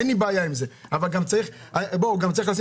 אלכס, אם הבנת, אתה אמרת חד משמעית